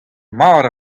mat